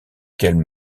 quelle